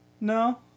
no